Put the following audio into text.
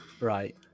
right